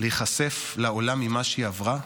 להיחשף לעולם עם מה שהיא עברה,